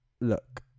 Look